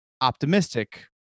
optimistic